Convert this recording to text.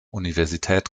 universität